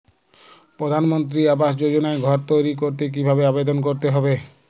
প্রধানমন্ত্রী আবাস যোজনায় ঘর তৈরি করতে কিভাবে আবেদন করতে হবে?